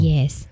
Yes